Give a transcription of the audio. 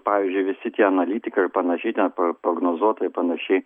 pavyzdžiui visi tie analitikai ir panašiai ten pro prognozuotojai panašiai